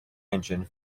engine